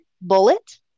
bullet